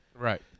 Right